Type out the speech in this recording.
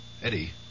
Eddie